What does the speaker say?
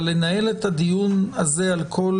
אבל לנהל את הדיון הזה על כל